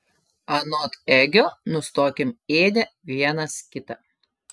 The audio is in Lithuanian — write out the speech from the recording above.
anot egio nustokim ėdę vienas kitą